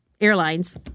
airlines